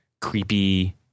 creepy